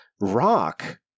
Rock